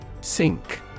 Sink